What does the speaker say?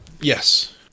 Yes